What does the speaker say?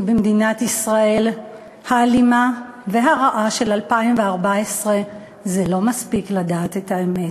כי במדינת ישראל האלימה והרעה של 2014 זה לא מספיק לדעת את האמת.